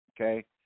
okay